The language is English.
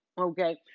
Okay